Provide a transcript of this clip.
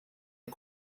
est